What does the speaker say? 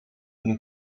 een